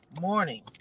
morning